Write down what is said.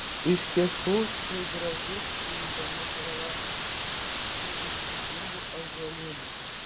iš tiesų tai gražus ir įdomus rajonas su įspūdingu ąžuolynu